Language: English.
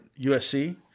USC